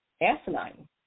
asinine